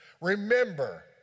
Remember